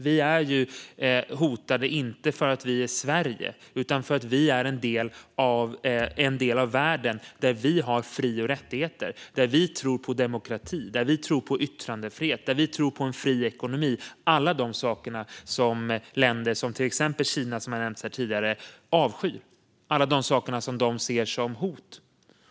Vi är hotade inte för att vi är Sverige utan för att vi ingår i den delen av världen där vi har fri och rättigheter och tror på demokrati, yttrandefrihet och en fri ekonomi - alla de saker som länder som till exempel Kina, som har nämnts tidigare, avskyr. De ser alla dessa saker som hot.